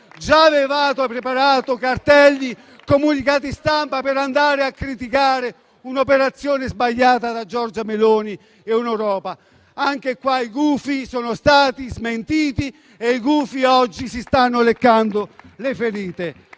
Già avevate preparato cartelli e comunicati stampa per andare a criticare un'operazione sbagliata da Giorgia Meloni in Europa. Anche in questo caso i gufi sono stati smentiti e oggi si stanno leccando le ferite.